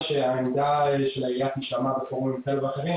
שהעמדה של העיריה תישמע בפורומים כאלה ואחרים,